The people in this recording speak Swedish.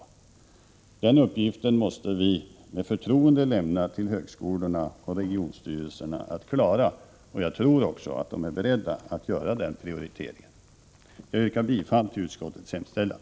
Uppgiften att fördela medlen måste vi med förtroende lämna till högskolorna och regionstyrelserna att klara, och jag tror att de är beredda att göra den föreslagna prioriteringen. Jag yrkar bifall till utskottets hemställan.